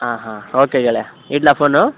ಹಾಂ ಹಾಂ ಓಕೆ ಗೆಳೆಯ ಇಡಲಾ ಫೋನು